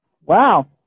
Wow